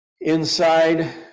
Inside